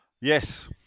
Yes